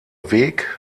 weg